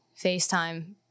FaceTime